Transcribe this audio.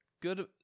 good